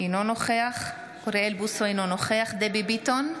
אינו נוכח אוריאל בוסו, אינו נוכח דבי ביטון,